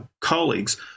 colleagues